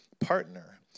partner